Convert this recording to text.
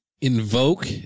Invoke